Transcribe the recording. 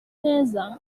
neza